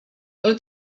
ale